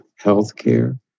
healthcare